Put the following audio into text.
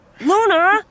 Luna